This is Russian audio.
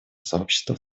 сообщества